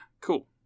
cool